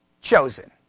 chosen